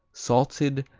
salted,